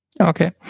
okay